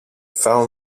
fell